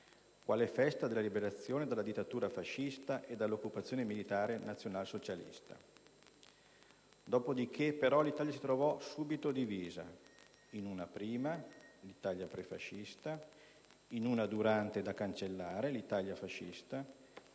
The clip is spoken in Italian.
quale festa della liberazione dalla dittatura fascista e dall'occupazione militare nazionalsocialista. Dopo di che, però, l'Italia si ritrovò subito divisa in un prima (l'Italia prefascista), in un durante da cancellare (l'Italia fascista)